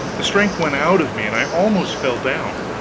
the strength went out of me, and i almost fell down.